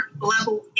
level